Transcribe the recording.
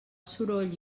soroll